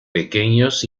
pequeños